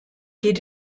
geht